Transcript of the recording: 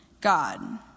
God